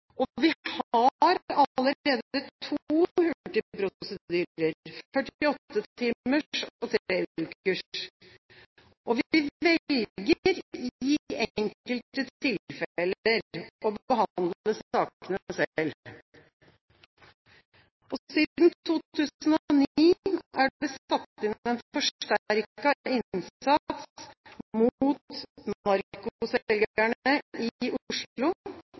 to hurtigprosedyrer, 48 timers og tre ukers, og vi velger i enkelte tilfeller å behandle sakene selv. Siden 2009 er det satt inn en forsterket innsats mot